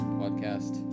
podcast